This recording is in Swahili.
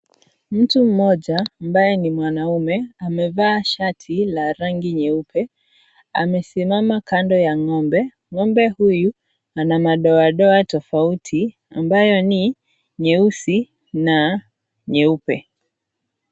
Mtu mmoja ambaye ni mwanaume amevaa shati la rangi nyeupe, amesimama kando ya ng'ombe. Ng'ombe huyu ana madoadoa tofauti ambayo ni nyeusi na nyeupe.